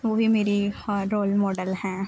وہ بھی میری ہاں رول ماڈل ہیں